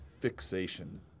fixation